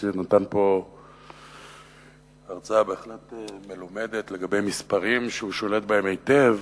שנתן פה קודם הרצאה בהחלט מלומדת לגבי מספרים שהוא שולט בהם היטב